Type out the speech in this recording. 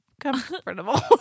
Comfortable